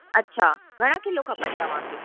अछा घणा किलो खपनि तव्हांखे